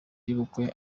y’ubukwe